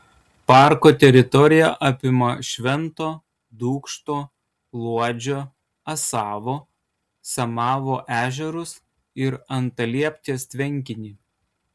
parko teritorija apima švento dūkšto luodžio asavo samavo ežerus ir antalieptės tvenkinį